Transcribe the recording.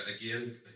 again